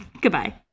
Goodbye